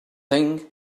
thing